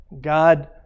God